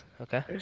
Okay